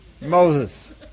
Moses